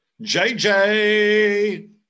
JJ